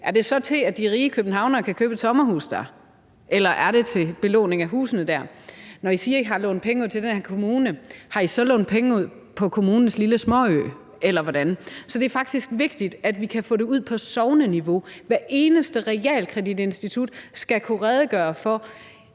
er det så til, at de rige københavnere kan købe et sommerhus der, eller er det til belåning af husene der? Når I siger, I har lånt penge ud til hver en kommune, har I så lånt penge ud på kommunens lille småø, eller hvordan? Så det er faktisk vigtigt, at vi kan få det ud på sogneniveau: Hver eneste realkreditinstitut skal kunne redegøre for,